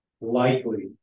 likely